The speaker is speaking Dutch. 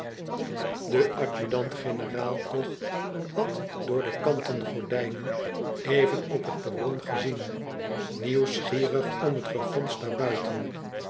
de adjudant generaal toch had door de kanten gordijnen even op het perron gezien nieuwsgierig om het gegons